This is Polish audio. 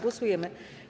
Głosujemy.